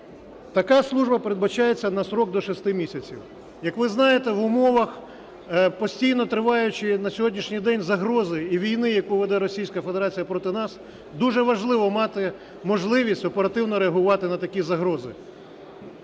Така служба передбачається на строк до 6 місяців. Як ви знаєте, в умовах постійно триваючої на сьогоднішній день загрози і війни, яку веде Російська Федерація проти нас, дуже важливо мати можливість оперативно реагувати на такі загрози.